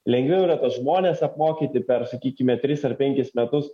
lengviau yra tuos žmones apmokyti per sakykime tris ar penkis metus